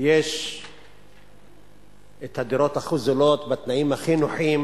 יש הדירות הכי זולות בתנאים הכי נוחים.